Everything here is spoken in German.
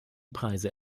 preise